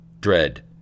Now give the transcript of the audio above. dread